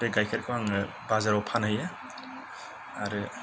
बे गाइखेरखौ आङो बाजाराव फानहैयो आरो